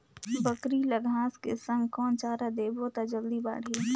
बकरी ल घांस के संग कौन चारा देबो त जल्दी बढाही?